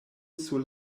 sur